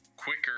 quicker